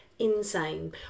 insane